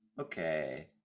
okay